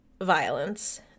violence